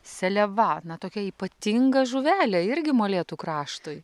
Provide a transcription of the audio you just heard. seliava na tokia ypatinga žuvelė irgi molėtų kraštui